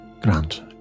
Grant